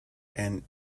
and